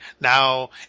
Now